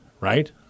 right